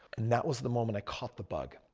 and that was the moment i caught the bug.